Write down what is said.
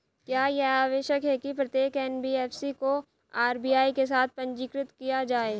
क्या यह आवश्यक है कि प्रत्येक एन.बी.एफ.सी को आर.बी.आई के साथ पंजीकृत किया जाए?